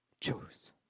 choose